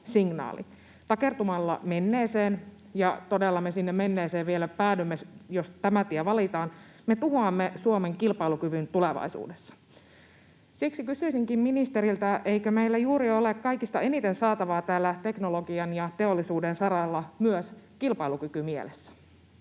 Takertumalla menneeseen — ja todella me sinne menneeseen vielä päädymme, jos tämä tie valitaan — me tuhoamme Suomen kilpailukyvyn tulevaisuudessa. Siksi kysyisinkin ministeriltä: eikö meillä juuri ole kaikista eniten saatavaa täällä teknologian ja teollisuuden saralla myös kilpailukykymielessä?